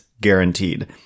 Guaranteed